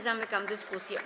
Zamykam dyskusję.